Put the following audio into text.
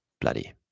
bloody